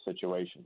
situation